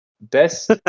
Best